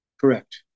Correct